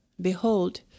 Behold